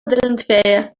drętwieję